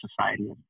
society